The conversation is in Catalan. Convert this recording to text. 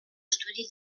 estudi